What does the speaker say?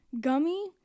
gummy